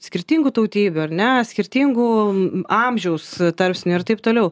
skirtingų tautybių ar ne skirtingų amžiaus tarpsnių ir taip toliau